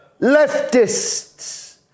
leftists